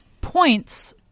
points